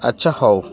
ଆଚ୍ଛା ହଉ